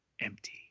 empty